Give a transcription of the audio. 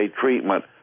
treatment